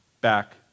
back